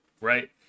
right